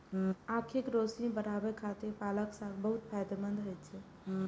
आंखिक रोशनी बढ़ाबै खातिर पालक साग बहुत फायदेमंद होइ छै